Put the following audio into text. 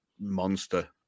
Monster